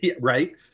right